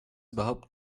überhaupt